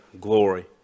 glory